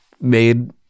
made